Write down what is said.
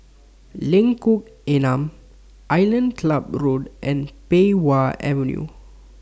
Lengkok Enam Island Club Road and Pei Wah Avenue